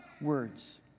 words